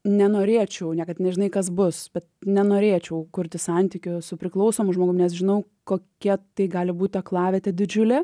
nenorėčiau niekad nežinai kas bus bet nenorėčiau kurti santykio su priklausomu žmogumi nes žinau kokie tai gali būti aklavietę didžiulė